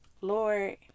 Lord